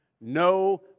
no